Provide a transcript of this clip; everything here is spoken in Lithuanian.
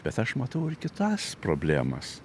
bet aš matau ir kitas problemas